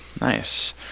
Nice